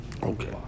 Okay